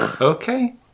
Okay